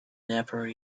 never